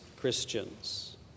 Christians